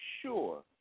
sure